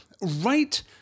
Right